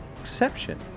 exception